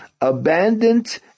abandoned